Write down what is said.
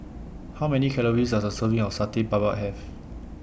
How Many Calories Does A Serving of Satay Babat Have